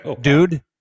dude